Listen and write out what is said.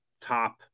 top